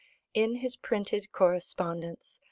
in his printed correspondence,